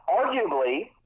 arguably